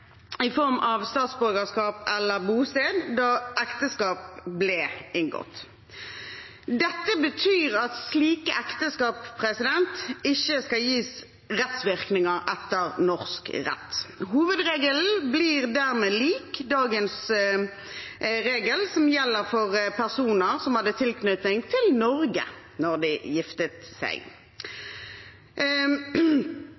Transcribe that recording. i form av statsborgerskap eller bosted da ekteskap ble inngått. Dette betyr at slike ekteskap ikke skal gis rettsvirkninger etter norsk rett. Hovedregelen blir dermed lik dagens regel som gjelder for personer som hadde tilknytning til Norge da de giftet seg.